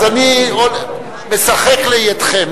אני משחק לידיכם,